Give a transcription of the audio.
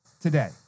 today